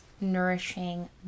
nourishing